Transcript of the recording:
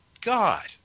God